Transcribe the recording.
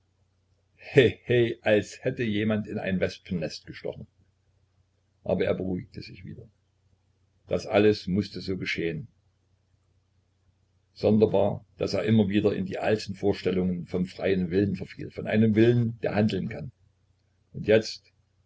als hätte jemand in ein wespennest gestochen aber er beruhigte sich wieder das alles mußte so geschehen sonderbar daß er immer wieder in die alten vorstellungen vom freien willen verfiel von einem willen der handeln kann und jetzt